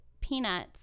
peanuts